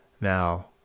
now